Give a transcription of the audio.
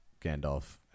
Gandalf